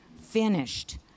finished